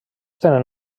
tenen